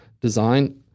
design